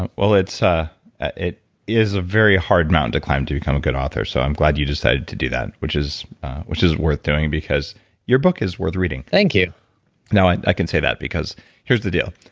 um well, ah it is a very hard mountain to climb, to become a good author. so i'm glad you decided to do that, which is which is worth doing because your book is worth reading thank you now, i can say that because here's the deal.